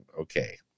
Okay